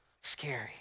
scary